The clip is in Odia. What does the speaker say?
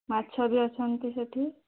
ମାଛ ବି ଅଛନ୍ତି ସେଠି